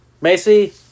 Macy